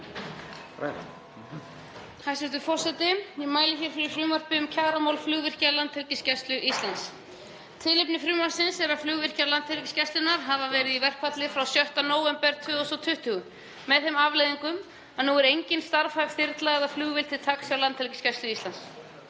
Hæstv. forseti. Ég mæli hér fyrir frumvarpi um kjaramál flugvirkja Landhelgisgæslu Íslands. Tilefni frumvarpsins er að flugvirkjar Landhelgisgæslunnar hafa verið í verkfalli frá 6. nóvember 2020 með þeim afleiðingum að nú er engin starfhæf þyrla eða flugvél til taks hjá Landhelgisgæslu Íslands.